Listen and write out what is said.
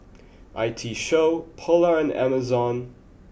I T Show Polar and Amazon